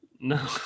No